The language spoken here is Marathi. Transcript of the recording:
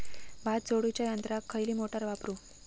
भात झोडूच्या यंत्राक खयली मोटार वापरू?